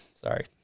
Sorry